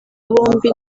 bombi